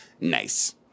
Nice